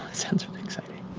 sounds really exciting.